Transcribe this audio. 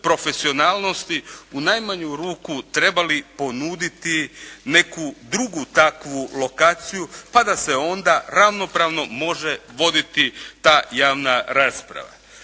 profesionalnosti, u najmanju ruku trebali ponuditi neku drugu takvu lokaciju, pa da se onda ravnopravno može voditi ta javna rasprava.